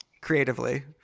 creatively